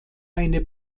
eine